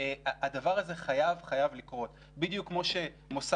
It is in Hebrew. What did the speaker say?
הדבר הזה חייב לקרות בדיוק כמו שמוסד